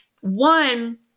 One